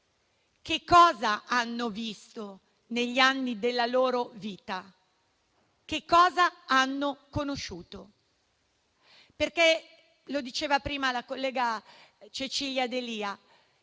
Che cosa hanno visto negli anni della loro vita? Che cosa hanno conosciuto? Lo diceva prima la collega Cecilia D'Elia: